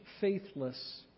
faithless